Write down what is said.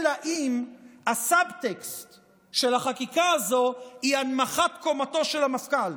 אלא אם כן הסבטקסט של החקיקה הזו היא הנמכת קומתו של המפכ"ל.